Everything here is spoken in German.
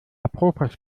apropos